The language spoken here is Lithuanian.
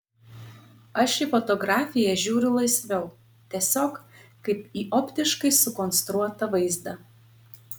aš į fotografiją žiūriu laisviau tiesiog kaip į optiškai sukonstruotą vaizdą